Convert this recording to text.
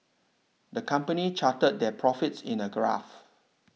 the company charted their profits in a graph